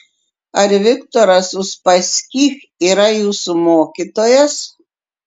ar viktoras uspaskich yra jūsų mokytojas